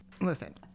Listen